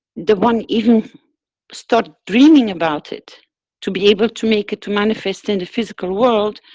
the one even start dreaming about it to be able to make it to manifest in the physical world,